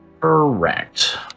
Correct